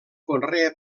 conrea